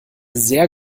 sehr